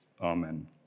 Amen